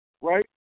right